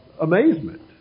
amazement